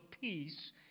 peace